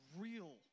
real